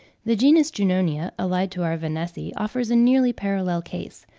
the genus junonia, allied to our vanessae, offers a nearly parallel case,